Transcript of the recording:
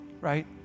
right